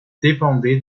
dépendaient